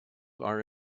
are